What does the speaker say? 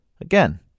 Again